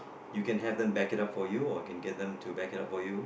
you can have them back it up for you or can get them back it up for you